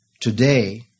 Today